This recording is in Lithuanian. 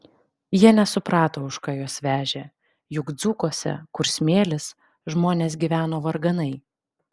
jie nesuprato už ką juos vežė juk dzūkuose kur smėlis žmonės gyveno varganai